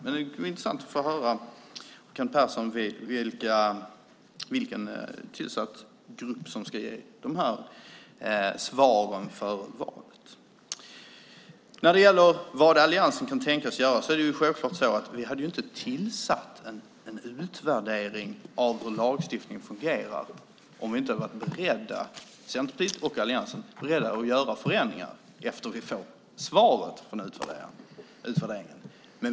Det vore intressant att höra från Kent Persson vilken tillsatt grupp som ska ge dessa svar före valet. När det gäller vad alliansen kan tänkas göra är det självklart så att vi inte hade begärt en utvärdering av hur lagstiftningen fungerar om vi, Centerpartiet och alliansen, inte hade varit beredda att göra förändringar efter att vi har fått svaret från den utvärderingen.